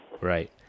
Right